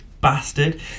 bastard